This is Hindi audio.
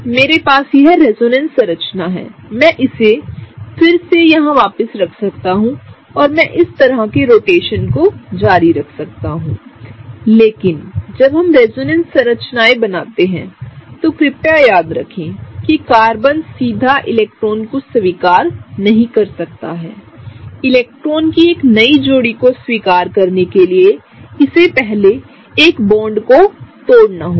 मेरे पास यह रेजोनेंस संरचना है मैं इसे फिर से यहां वापस रख सकता हूं और मैं इस तरह के रोटेशन को जारी रख सकता हूं लेकिन जब हम रेजोनेंस संरचनाएं बनाते हैं तो कृपया याद रखें कि कार्बन सीधा इलेक्ट्रॉन को स्वीकार नहीं कर सकता हैइलेक्ट्रॉन की नई जोड़ी को स्वीकार करने के लिए इसे एक बॉन्ड को तोड़ना होगा